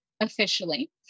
officially